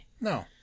No